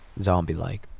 zombie-like